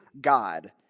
God